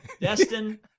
Destin